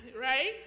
right